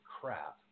crap